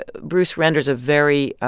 ah bruce renders a very,